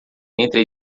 entre